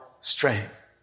strength